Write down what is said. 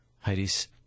Heidi's